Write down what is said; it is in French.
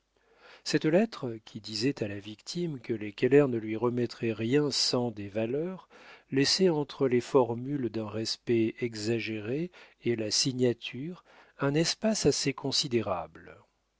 cette lettre qui disait à la victime que les keller ne lui remettraient rien sans des valeurs laissait entre les formules d'un respect exagéré et la signature un espace assez considérable